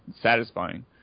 satisfying